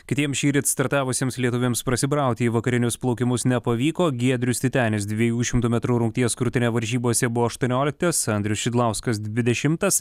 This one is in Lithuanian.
kitiems šįryt startavusiems lietuviams prasibrauti į vakarinius plaukimus nepavyko giedrius titenis dviejų šimtų metrų rungties krūtine varžybose buvo aštuonioliktas andrius šidlauskas dvidešimtas